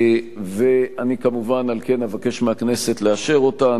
ועל כן, אני כמובן אבקש מהכנסת לאשר אותה.